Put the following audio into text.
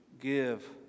give